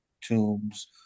tombs